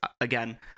again